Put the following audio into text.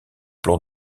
plan